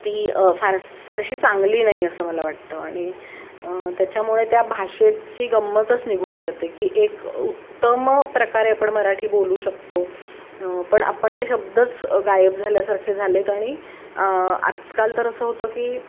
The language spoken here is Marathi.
ती फारस फारशी चांगली नाही असं मला वाटतं आणि त्याच्यामुळे त्या भाषेची गंमतच निघून जाते की एक उत्तम प्रकारे आपण मराठी बोलू शकतो पण आपण ते शब्दच गायब झाल्यासारखे झालेत आणि आजकाल तर असं होतं की